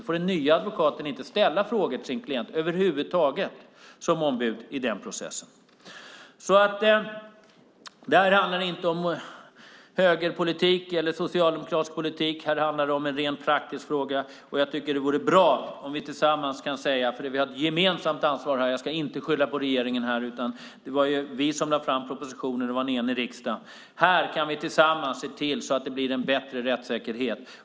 Då får den nya advokaten inte ställa frågor till sin klient över huvud taget som ombud i den processen. Detta handlar inte om högerpolitik eller om socialdemokratisk politik. Här handlar det om en rent praktisk fråga. Vi har ett gemensamt ansvar här, och jag ska inte skylla på regeringen. Det var vi som lade fram propositionen, och det var en enig riksdag. Det vore bra om vi tillsammans kunde se till att det blir en bättre rättssäkerhet.